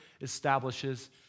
establishes